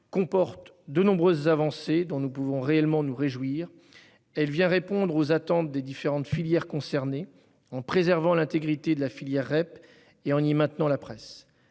comporte de nombreuses avancées dont nous pouvons réellement nous réjouir. Elle vient répondre aux attentes des différentes filières concernées, en préservant l'intégrité de la filière REP et en y maintenant la presse.